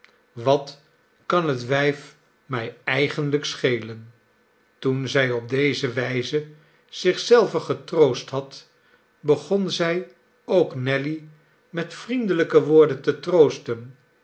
wat kan het wijf mij eigenlijk schelen toen zij op deze wijze zich zelve getroost had begon zij ook nelly met vriendelijke woorden te troosten